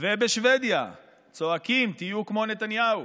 ובשבדיה צועקים: תהיו כמו נתניהו,